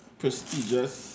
prestigious